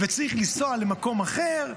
וצריך לנסוע למקום אחר,